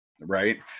right